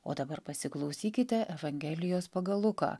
o dabar pasiklausykite evangelijos pagal luką